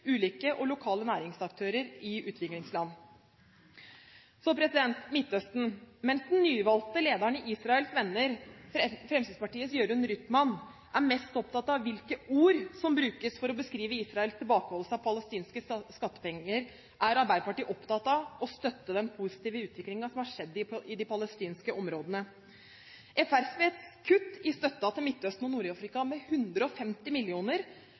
ulike norske bedrifter og lokale næringsaktører i utviklingsland. Så til Midtøsten: Mens den nyvalgte lederen av Israels venner, Fremskrittspartiets Jørund Rytman, er mest opptatt av hvilke ord som brukes for å beskrive Israels tilbakeholdelse av palestinske skattepenger, er Arbeiderpartiet opptatt av å støtte den positive utviklingen som har skjedd i de palestinske områdene. Fremskrittspartiets kutt i støtten til Midtøsten og Nord-Afrika med 150